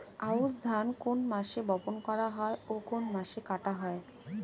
আউস ধান কোন মাসে বপন করা হয় ও কোন মাসে কাটা হয়?